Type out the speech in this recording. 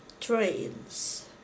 trains